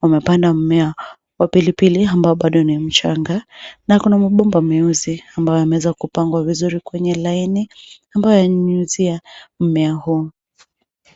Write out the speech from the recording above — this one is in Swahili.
Wamepanda mimea wa pilipili ambao bado ni mchanga na kuna mabomba meusi ambao umeweza kupangwa vizuri kwenye laini ambo unanyunyizia mimea huu.